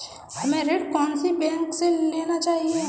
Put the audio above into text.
हमें ऋण कौन सी बैंक से लेना चाहिए?